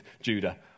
Judah